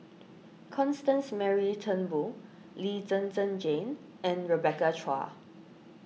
Constance Mary Turnbull Lee Zhen Zhen Jane and Rebecca Chua